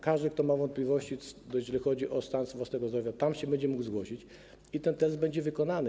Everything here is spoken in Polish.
Każdy, kto ma wątpliwości, jeżeli chodzi o stan własnego zdrowia, tam będzie mógł się zgłosić i test będzie wykonany.